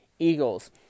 Eagles